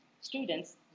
students